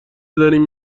داریم